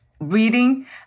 reading